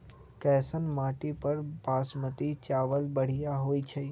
कैसन माटी पर बासमती चावल बढ़िया होई छई?